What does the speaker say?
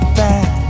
back